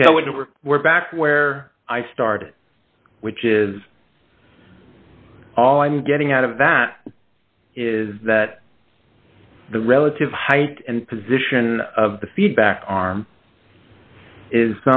we're back where i started which is all i'm getting out of that is that the relative height and position of the feedback arm is